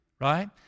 right